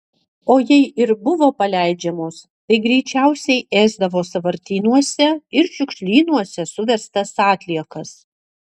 o jei ir buvo paleidžiamos tai greičiausiai ėsdavo sąvartynuose ir šiukšlynuose suverstas atliekas